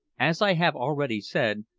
as i have already said,